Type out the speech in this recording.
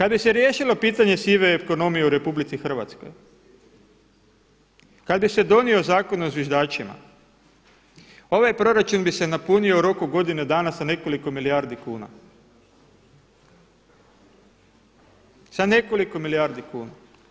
Kada bi se riješilo pitanje sive ekonomije u RH, kada bi se donio Zakon o zviždačima, ovaj proračun bi se napunio u roku od godinu dana sa nekoliko milijardi kuna, sa nekoliko milijardi kuna.